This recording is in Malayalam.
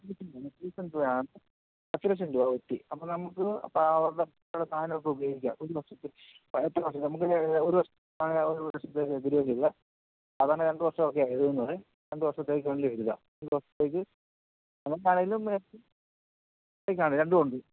പത്ത് ലക്ഷം രൂപ ഒറ്റി അപ്പം നമുക്ക് അപ്പം അവിടെ സാധനം ഒക്കെ ഉപയോഗിക്കാം ഒരു വർഷത്തെ നമുക്ക് ഒരു അതാണ് രണ്ട് വർഷം ഒക്കെ എഴതുന്നത് രണ്ട് വർഷത്തേക്ക് വേണ്ടി എഴുതാം